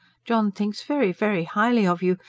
john thinks very, very highly of you.